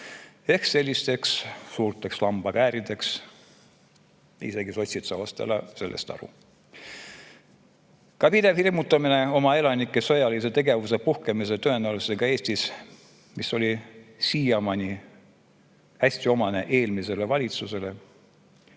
sellisteks suurteks lambakäärideks. Isegi sotsid saavad sellest aru. Pidev oma elanike hirmutamine sõjalise tegevuse puhkemise tõenäosusega Eestis, mis oli siiamaani hästi omane eelmisele valitsusele,